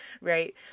Right